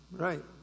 Right